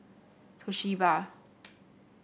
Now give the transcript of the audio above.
Toshiba